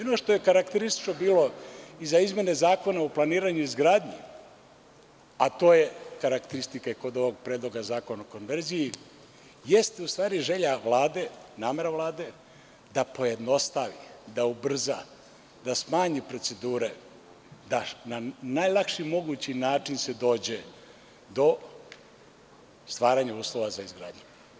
Ono što je karakteristično bilo i za izmene Zakona o planiranju i izgradnji, a to je karakteristika i kod ovog Predlog zakona o konverziji jeste u stvari želja Vlade, namera Vlade da pojednostavi, da ubrza, da smanji procedure, da najlakši mogući način se dođe do stvaranja uslova za izgradnju.